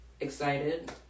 excited